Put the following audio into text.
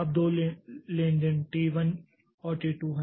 अब दो लेनदेन T 1 और T 2 हैं